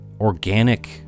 organic